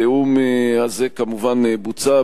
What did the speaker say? התיאום הזה, כמובן, בוצע.